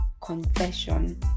confession